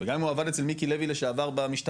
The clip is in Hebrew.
וגם אם הוא עבד אצל מיקי לוי לשעבר במשטרה,